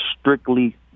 strictly